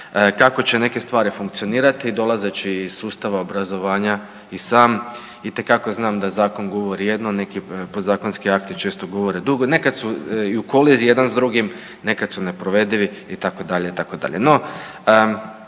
kako će neke stvari funkcionirati. Dolazeći iz sustava obrazovanja i sam itekako znam da zakon govori jedno, neki podzakonski akti često govore drugo, nekad su i u koliziji jedan s drugim, nekad su neprovedivi itd.,